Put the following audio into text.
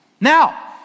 Now